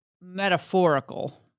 metaphorical